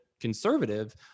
conservative